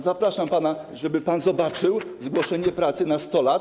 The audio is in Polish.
Zapraszam pana, żeby pan zobaczył zgłoszenie pracy na 100 lat.